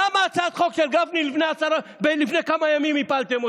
למה את הצעת החוק של גפני לפני כמה ימים הפלתם,